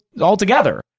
altogether